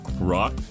rock